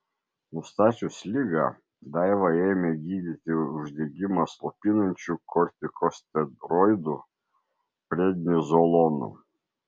nustačius ligą daivą ėmė gydyti uždegimą slopinančiu kortikosteroidu prednizolonu